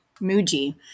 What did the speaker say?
Muji